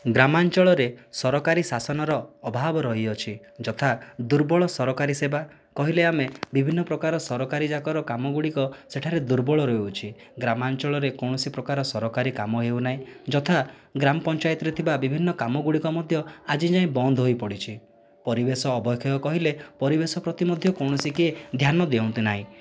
ଗ୍ରାମାଞ୍ଚଳରେ ସରକାରୀ ଶାସନର ଅଭାବ ରହିଅଛି ଯଥା ଦୁର୍ବଳ ସରକାରୀ ସେବା କହିଲେ ଆମେ ବିଭିନ୍ନ ପ୍ରକାର ସରକାରୀ ଯାକର କାମ ଗୁଡ଼ିକ ସେଠାରେ ଦୁର୍ବଳ ରହୁଅଛି ଗ୍ରାମାଞ୍ଚଳରେ କୌଣସି ପ୍ରକାର ସରକାରୀ କାମ ହେଉ ନାହିଁ ଯଥା ଗ୍ରାମ ପଞ୍ଚାୟରେ ଥିବା ବିଭିନ୍ନ କାମ ଗୁଡ଼ିକ ମଧ୍ୟ ଆଜି ଯାଏଁ ବନ୍ଦ ହୋଇପଡ଼ିଛି ପରିବେଶ ଅବକ୍ଷୟ କହିଲେ ପରିବେଶ ପ୍ରତି ମଧ୍ୟ କୌଣସି କିଏ ଧ୍ୟାନ ଦିଅନ୍ତି ନାହିଁ